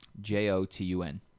J-O-T-U-N